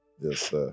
Yes